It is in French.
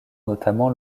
notamment